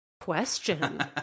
Question